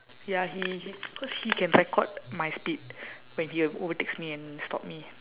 ya he he cause he can record my speed when he o~ overtakes me and stop me